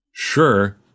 Sure